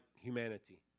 humanity